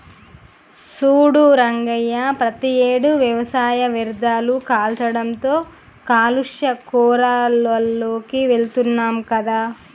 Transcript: సూడు రంగయ్య ప్రతియేడు వ్యవసాయ వ్యర్ధాలు కాల్చడంతో కాలుష్య కోరాల్లోకి వెళుతున్నాం కదా